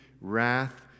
wrath